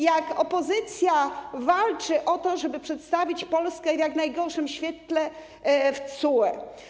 jak opozycja walczy o to, żeby przedstawić Polskę w jak najgorszym świetle w TSUE.